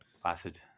placid